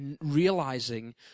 realizing